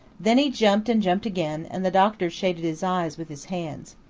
then he jumped and jumped again, and the doctor shaded his eyes with his hands.